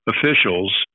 officials